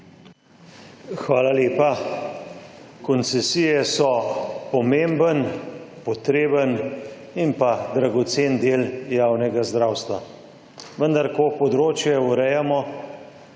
Hvala lepa. Koncesije so pomemben, potreben in pa dragocen del javnega zdravstva. Vendar ko področje urejamo,